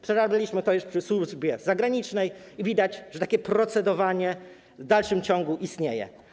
Przerabialiśmy to już przy służbie zagranicznej i widać, że takie procedowanie w dalszym ciągu istnieje.